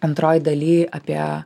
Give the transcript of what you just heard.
antroj daly apie